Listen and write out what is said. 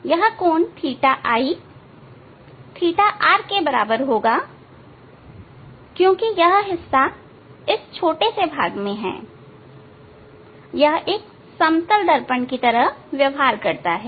यह कोण ɵi ɵr के बराबर होगा क्योंकि यह हिस्सा इस छोटे से भाग में है यह एक समतल दर्पण की तरह है